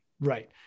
right